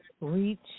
Reach